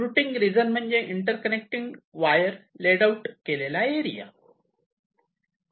routing region म्हणजे interconnecting wire laid out केलेला area